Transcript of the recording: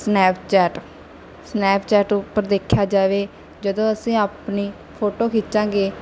Snapchat Snapchat ਉੱਪਰ ਦੇਖਿਆ ਜਾਵੇ ਜਦੋਂ ਅਸੀਂ ਆਪਣੀ ਫੋਟੋ ਖਿੱਚਾਂਗੇ